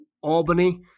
Albany